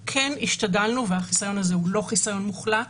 השתדלנו והחיסיון הזה הוא לא חיסיון מוחלט.